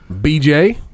bj